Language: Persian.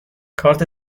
کارت